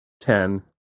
ten